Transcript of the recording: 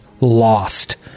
lost